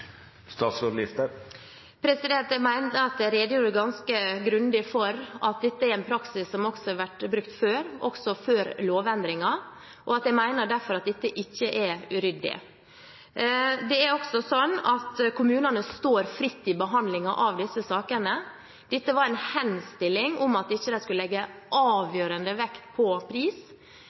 Jeg mener at jeg redegjorde ganske grundig for at dette er en praksis som også har vært brukt før, også før lovendringen. Jeg mener derfor at dette ikke er uryddig. Det er slik at kommunene står fritt i behandlingen av disse sakene. Dette var en henstilling om at de ikke skulle legge avgjørende vekt på pris.